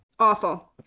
awful